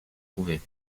trouver